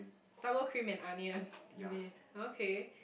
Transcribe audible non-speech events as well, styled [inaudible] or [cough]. sour cream and onion [laughs] you mean okay